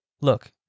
look